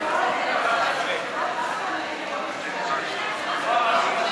יש עתיד לסעיף 1 לא נתקבלו.